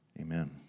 Amen